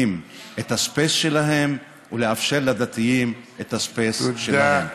את הספייס שלהם ולאפשר לדתיים את הספייס שלהם.